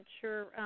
sure